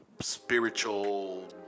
spiritual